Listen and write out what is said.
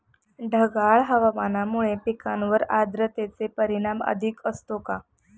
ढगाळ हवामानामुळे पिकांवर आर्द्रतेचे परिणाम अधिक असतो का?